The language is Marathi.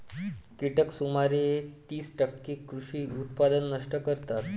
कीटक सुमारे तीस टक्के कृषी उत्पादन नष्ट करतात